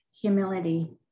humility